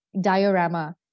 diorama